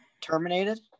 terminated